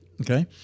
Okay